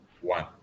one